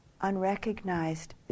unrecognized